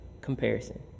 comparison